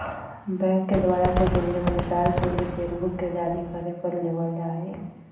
bank के द्वारा कुछ नियमानुसार शुल्क चेक बुक के जारी करे पर लेबल जा हई